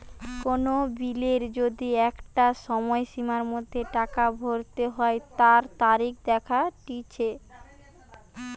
কোন বিলের যদি একটা সময়সীমার মধ্যে টাকা ভরতে হই তার তারিখ দেখাটিচ্ছে